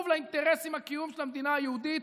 לאינטרסים הקיומיים של המדינה היהודית,